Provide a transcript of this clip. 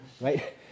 Right